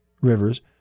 Rivers